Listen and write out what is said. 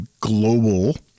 global